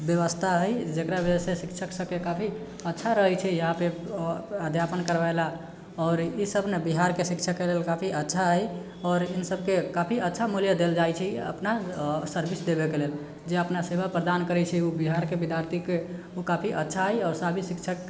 बेबस्था हइ जकरा वजहसँ शिक्षकसबके काफी अच्छा रहै छै यहाँपर अध्यापन करबैले आओर ईसब नहि बिहारके शिक्षकके लेल काफी अच्छा हइ आओर एहि सबके काफी अच्छा मूल्य देल जाइ छै अपना सर्विस देबैके लेल जे अपना सेवा प्रदान करै छै ओ बिहारके विद्यार्थीके ओ काफी अच्छा हइ आओर सभी शिक्षक